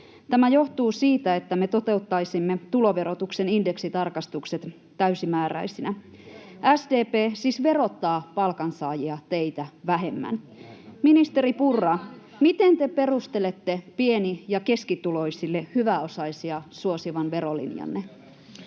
Tämä johtuu siitä, että me toteuttaisimme tuloverotuksen indeksitarkistukset täysimääräisinä. SDP siis verottaa palkansaajia teitä vähemmän. [Sosiaalidemokraattien ryhmästä: Kuunnelkaa nyt!] Ministeri Purra, miten te perustelette pieni- ja keskituloisille hyväosaisia suosivan verolinjanne?